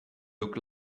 look